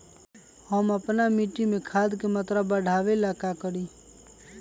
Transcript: हम अपना मिट्टी में खाद के मात्रा बढ़ा वे ला का करी?